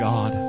God